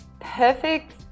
Perfect